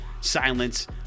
silence